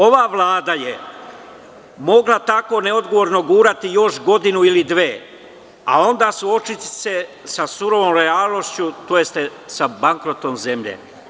Ova Vlada je mogla tako neodgovorno gurati još godinu ili dve, a onda suočiti se sa surovom realnošću tj. sa bankrotom zemlje.